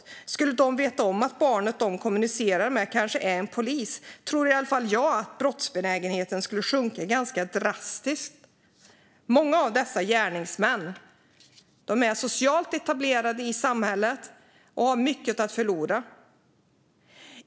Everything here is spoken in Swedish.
Om de skulle veta att den som de tror är ett barn som de kommunicerar med kanske är en polis tror i alla fall jag att brottsbenägenheten skulle sjunka ganska drastiskt. Många av dessa gärningsmän är socialt etablerade i samhället och har mycket att förlora.